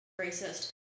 racist